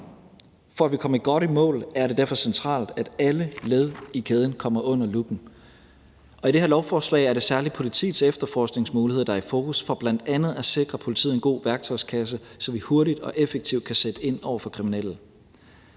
For at vi kommer godt i mål, er det derfor centralt, at alle led i kæden kommer under luppen, og i det her lovforslag er det særlig politiets efterforskningsmuligheder, der er i fokus, for bl.a. at sikre politiet en god værktøjskasse, så vi hurtigt og effektivt kan sætte ind over for kriminelle.